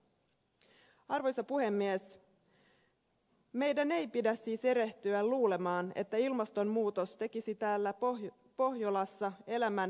meidän ei pidä siis erehtyä luulemaan että ilmastonmuutos tekisi täällä pohjolassa elämän paremmaksi